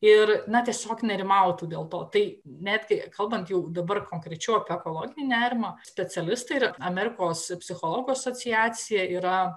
ir na tiesiog nerimautų dėl to tai netgi kalbant jau dabar konkrečiau apie ekologinį nerimą specialistai ir amerikos psichologų asociacija yra